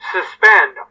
Suspend